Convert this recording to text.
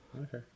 okay